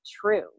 true